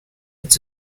its